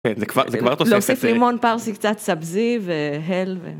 זה כבר, זה כבר תוספת. להוסיף לימון פרסי קצת סבזי והל ו...